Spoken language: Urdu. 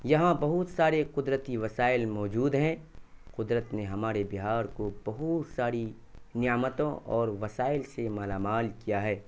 یہاں بہت سارے قدرتی وسائل موجود ہیں قدرت نے ہمارے بہار کو بہت ساری نعمتوں اور وسائل سے مالا مال کیا ہے